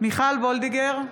מיכל וולדיגר,